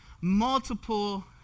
multiple